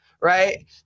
right